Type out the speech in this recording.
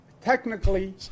Technically